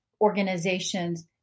organizations